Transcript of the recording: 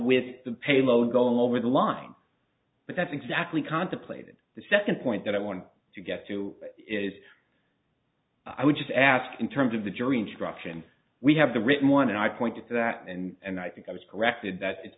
with the payload going over the line but that's exactly contemplated the second point that i want to get to is i would just ask in terms of the jury instruction we have the written one and i pointed to that and i think i was corrected that it's